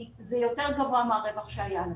כי זה יותר גבוה מהרווח שהיה לך.